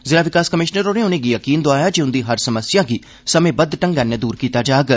जिला विकास कमीशनर होरें उनेंगी यकीन दोआय़ा जे उन्दी हर समस्या गी समेबद ढंगै नै दूर कीता जाग